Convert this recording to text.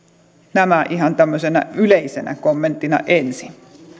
nämä ihan tämmöisenä yleisenä kommenttina ensin